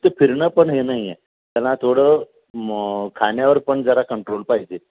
नुसते फिरणं पण हे नाही आहे त्याला थोडं खाण्यावर पण जरा कंट्रोल पाहिजे